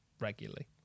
regularly